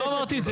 לא אמרתי את זה.